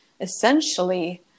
essentially